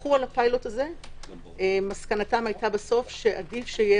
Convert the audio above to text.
שפיקחו על הפילוט הזה מסקנתם היתה שעדיף שיהיה